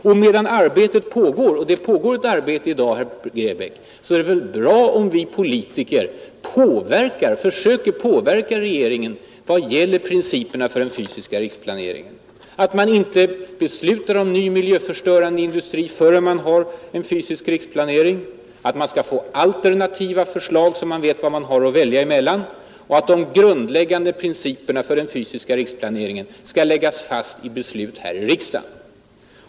Och medan arbetet pågår är det väl bra om vi politiker försöker påverka regeringen vad gäller principerna för den fysiska riksplaneringen så att man inte beslutar om nya miljöförstörande industrier förrän man har en fysisk riksplanering, att man får alternativa förslag så att man vet vad man har att välja emellan och att de grundläggande principerna för den fysiska riksplaneringen skall läggas fast genom beslut här i riksdagen.